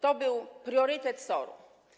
To był priorytet SOR-u.